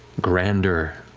grander,